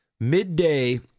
Midday